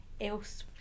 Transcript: else